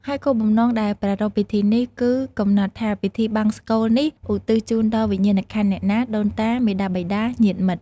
ហើយគោលបំណងដែលប្រារព្វពិធីនេះ គឺ កំណត់ថាពិធីបង្សុកូលនេះឧទ្ទិសជូនដល់វិញ្ញាណក្ខន្ធអ្នកណា ដូនតា មាតាបិតា ញាតិមិត្ត។